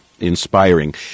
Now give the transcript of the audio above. Inspiring